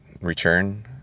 return